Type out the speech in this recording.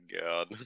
god